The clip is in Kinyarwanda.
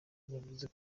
yavuze